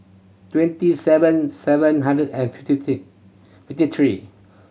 twenty seven seven hundred and fifty fifty three